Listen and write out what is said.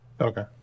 Okay